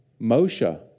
Moshe